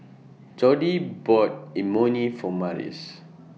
Jordi bought Imoni For Marius